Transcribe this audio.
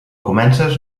comences